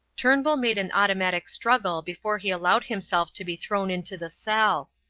turnbull made an automatic struggle before he allowed himself to be thrown into the cell.